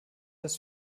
das